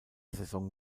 saison